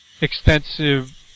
extensive